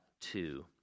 two